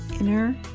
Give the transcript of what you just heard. inner